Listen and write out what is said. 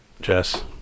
Jess